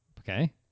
Okay